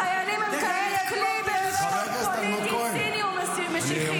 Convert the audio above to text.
החיילים הם כלי במשחק פוליטי ציני ומשיחי.